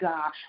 God